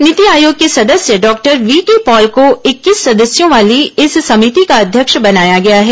नीति आयोग के सदस्य डॉक्टर वीके पॉल को इक्कीस सदस्यों वाली इस समिति का अध्यक्ष बनाया गया है